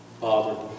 Father